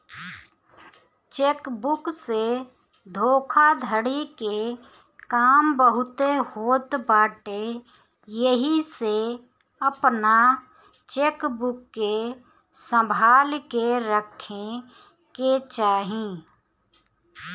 check book से धोखाधड़ी के काम बहुते होत बाटे एही से अपनी चेकबुक के संभाल के रखे के चाही